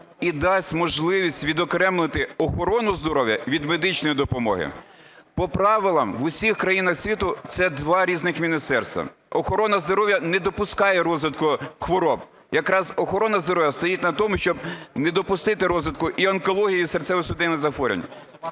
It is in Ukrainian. і дасть можливість відокремити охорону здоров'я від медичної допомоги. По правилах в усіх країнах світу це два різних міністерства. Охорона здоров'я не допускає розвитку хвороб, якраз охорона здоров'я стоїть на тому, щоб не допустити розвитку і онкології, і серцево-судинних захворювань.